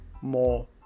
more